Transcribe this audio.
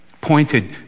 pointed